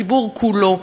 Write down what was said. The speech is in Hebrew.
של הציבור כולו,